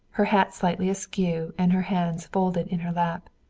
her hat slightly askew and her hands folded in her lap.